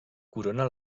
corona